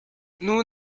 nous